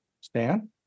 Stan